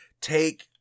take